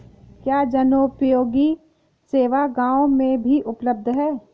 क्या जनोपयोगी सेवा गाँव में भी उपलब्ध है?